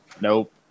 Nope